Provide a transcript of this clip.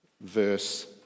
verse